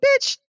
Bitch